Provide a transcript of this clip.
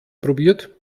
probiert